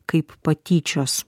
kaip patyčios